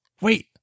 wait